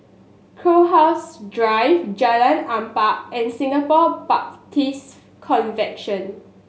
Crowhurst Drive Jalan Ampang and Singapore Baptist Convention